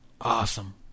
Awesome